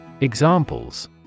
Examples